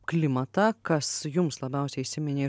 klimatą kas jums labiausiai įsiminė